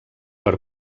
per